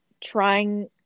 trying